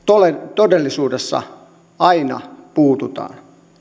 todellisuudessa aina puututaan